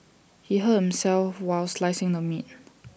he hurt himself while slicing the meat